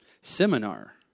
seminar